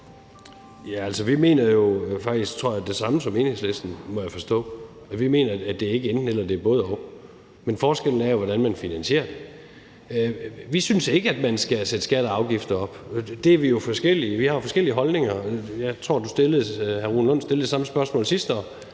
Vi mener jo faktisk, tror jeg, det samme som Enhedslisten, må jeg forstå. Vi mener, at det ikke er enten-eller, det er både-og. Men forskellen er jo, hvordan man finansierer det. Vi synes ikke, at man skal sætte skatter og afgifter op. Der er vi jo forskellige, og vi har forskellige holdninger. Jeg tror, hr. Rune Lund stillede det samme spørgsmål sidst,